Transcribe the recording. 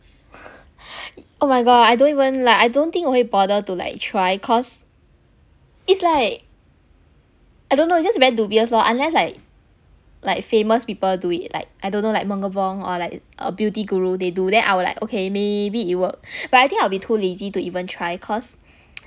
oh my god I don't even like I don't think 我会 bother to like try cause it's like I don't know it's just very dubious lor unless like like famous people do it like I don't know like mongabong or like a beauty guru they do then I will like okay maybe it work but I think I will be too lazy to even try cause